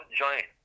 join